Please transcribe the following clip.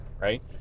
right